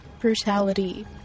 brutality